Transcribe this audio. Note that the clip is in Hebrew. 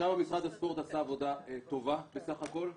שם משרד הספורט עשה עבודה טובה בסך הכול.